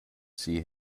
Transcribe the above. see